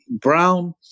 Brown